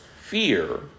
fear